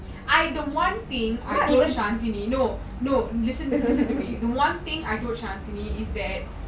I the one thing I told shantini no no listen listen to me the one thing I told shantini is that